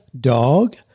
dog